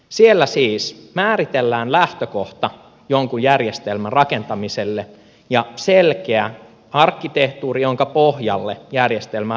siellä siis määritellään lähtökohta jonkun järjestelmän rakentamiselle ja selkeä arkkitehtuuri jonka pohjalle järjestelmää lähdetään kehittämään